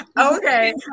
Okay